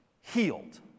healed